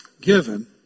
given